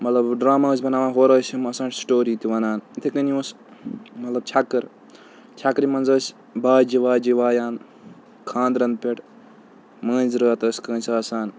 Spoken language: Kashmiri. مطلب ڈرٛاما ٲسۍ بَناوان ہورٕ ٲسۍ ۂم آسان سِٹوری تہِ وَنان اِتھے کٔنۍ اوس مطلب چھکٕر چھکرِ منٛز ٲسۍ باجہِ واجہِ وایان خانٛدرَن پٮ۪ٹھ مٲنٛزۍ رٲت ٲسۍ کٲنٛسہِ آسان